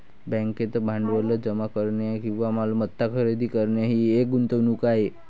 बँकेत भांडवल जमा करणे किंवा मालमत्ता खरेदी करणे ही एक गुंतवणूक आहे